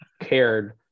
cared